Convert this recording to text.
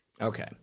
Okay